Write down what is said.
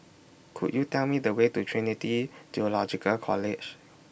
Could YOU Tell Me The Way to Trinity Theological College